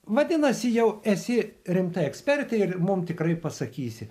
vadinasi jau esi rimta ekspertė ir mums tikrai pasakysi